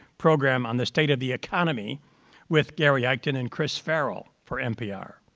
program on the state of the economy with gary eichten and chris farrell for mpr.